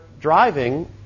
driving